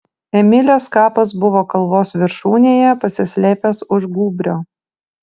emilės kapas buvo kalvos viršūnėje pasislėpęs už gūbrio